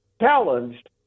challenged